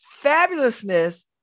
fabulousness